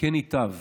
כן ייטב.